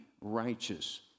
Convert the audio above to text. righteous